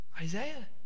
Isaiah